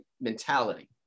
mentality